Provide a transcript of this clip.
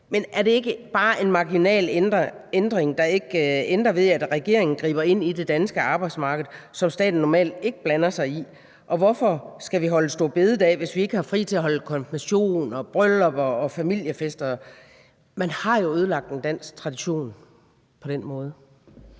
Men er det ikke bare en marginal ændring, der ikke ændrer ved, at regeringen griber ind i det danske arbejdsmarked, som staten normalt ikke blander sig i, og hvorfor skal vi holde store bededag, hvis vi ikke har fri til at holde konfirmationer, bryllupper og familiefester? Man har jo ødelagt en dansk tradition på den måde.